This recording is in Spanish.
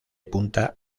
punta